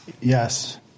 Yes